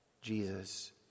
Jesus